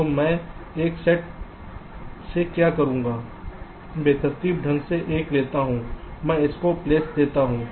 तो मैं इस सेट सेक्या करूंगा मैं बेतरतीब ढंग से एक लेता हूं मैं इसको प्लेस देता हूं